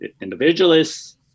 Individualists